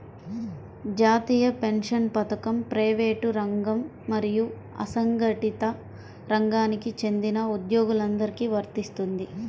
జాతీయ పెన్షన్ పథకం ప్రైవేటు రంగం మరియు అసంఘటిత రంగానికి చెందిన ఉద్యోగులందరికీ వర్తిస్తుంది